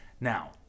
now